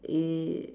i~